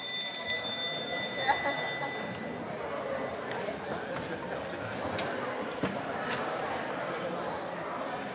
Hvad sker der?